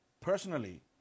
personally